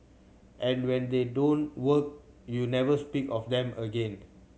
and when they don't work you never speak of them again